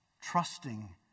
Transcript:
trusting